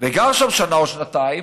וגר שם שנה או שנתיים,